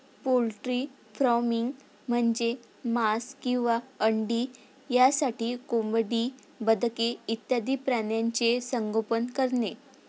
poultry farming म्हणजे मांस किंवा अंडी यासाठी कोंबडी, बदके इत्यादी प्राण्यांचे संगोपन करणे